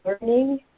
learning